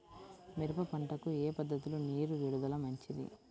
మిరప పంటకు ఏ పద్ధతిలో నీరు విడుదల మంచిది?